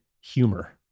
humor